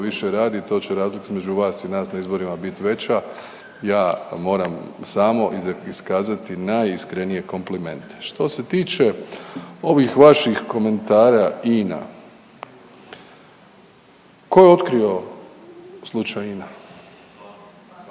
više radi, to će razlike između vas i nas na izborima biti veća, ja moram samo iskazati najiskrenije komplimente. Što se tiče ovih vaših komentara, INA, tko je otkrio slučaj INA?